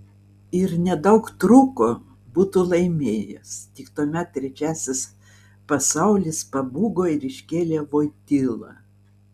ir nedaug trūko būtų laimėjęs tik tuomet trečiasis pasaulis pabūgo ir iškėlė voitylą